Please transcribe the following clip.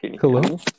hello